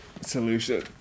solution